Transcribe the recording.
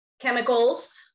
chemicals